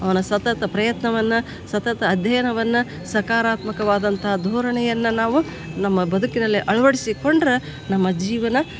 ಅವನ ಸತತ ಪ್ರಯತ್ನವನ್ನು ಸತತ ಅಧ್ಯಯನವನ್ನು ಸಕಾರಾತ್ಮಕವಾದಂಥ ಧೋರಣೆಯನ್ನು ನಾವು ನಮ್ಮ ಬದುಕಿನಲ್ಲಿ ಅಳ್ವಡ್ಸಿಕೊಂಡ್ರೆ ನಮ್ಮ ಜೀವನ